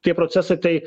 tie procesai tai